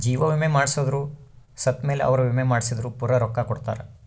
ಜೀವ ವಿಮೆ ಮಾಡ್ಸದೊರು ಸತ್ ಮೇಲೆ ಅವ್ರ ವಿಮೆ ಮಾಡ್ಸಿದ್ದು ಪೂರ ರೊಕ್ಕ ಕೊಡ್ತಾರ